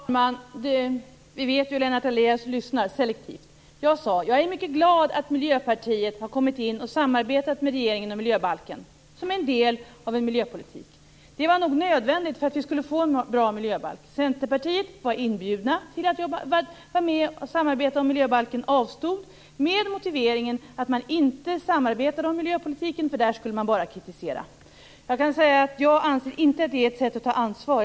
Fru talman! Vi vet ju hur Lennart Daléus lyssnar: selektivt. Jag sade: Jag är mycket glad att Miljöpartiet har samarbetat med regeringen om miljöbalken. Det var nog nödvändigt för att vi skulle få en bra miljöbalk. Centerpartiet var inbjudet att vara med och samarbeta, men man avstod med motiveringen att man inte samarbetade om miljöpolitiken, för då skulle man bara kritisera. Jag anser inte att detta är ett sätt att ta ansvar.